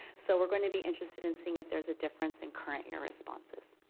so we're gonna be interested in seeing if there's a difference in current-year responses.